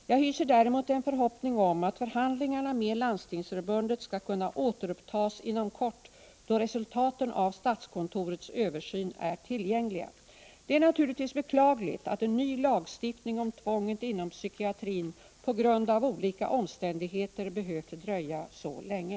Jag hyser däremot en förhoppning om att förhandlingarna med Landstingsförbundet skall kunna återupptas inom kort då resultaten av statskontorets översyn är tillgängliga. Det är naturligtvis beklagligt att en ny lagstiftning om tvånget inom psykiatrin på grund av olika omständigheter behövt dröja så länge.